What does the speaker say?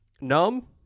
numb